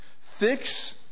Fix